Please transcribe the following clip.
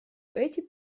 эти